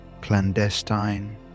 clandestine